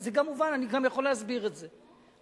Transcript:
אני גם יכול להסביר את זה,